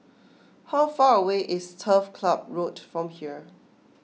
how far away is Turf Club Road from here